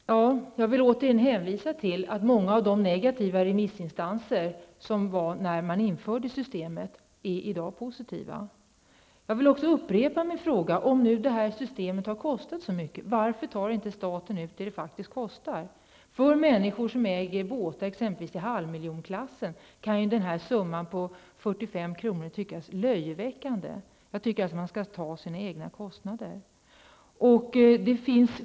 Fru talman! Jag vill återigen hänvisa till att många av de remissinstanser som var negativa när man införde systemet i dag är positiva. Jag vill också upprepa min fråga: Varför tar staten inte ut det systemet faktiskt kostar, om det nu har kostat så mycket? För människor som äger båtar i exempelvis halvmiljonklassen kan ju denna summa på 45 kr. tyckas löjeväckande. Jag tycker alltså att staten skall ta ut sina egna kostnader.